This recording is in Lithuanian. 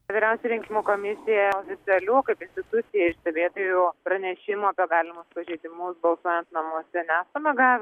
vyriausia rinkimų komisija oficialių kaip institucija iš stebėtojų pranešimų apie galimus pažeidimus balsuojant namuose nesame gavę